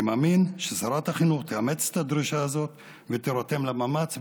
אני מאמין ששרת החינוך תאמץ את הדרישה הזאת ותירתם למאמץ,